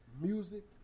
Music